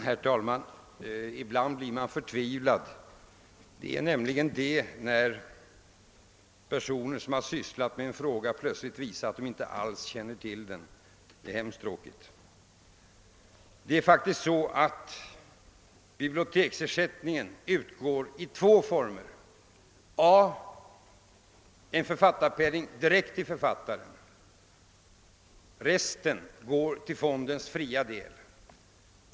Herr talman! Ibland blir man förtvivlad, nämligen när personer som arbetat med en fråga plötsligt visar att de inte alis känner till den. Det är mycket tråkigt. Det är faktiskt så att biblioteksersättningen utgår i två former, för det första en författarpenning direkt till författaren, för det andra återstoden som går till fondens fria del.